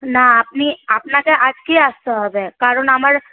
না আপনি আপনাকে আজকেই আসতে হবে কারণ আমার